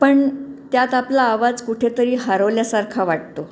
पण त्यात आपला आवाज कुठेतरी हरवल्यासारखा वाटतो